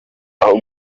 aho